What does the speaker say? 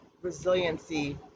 resiliency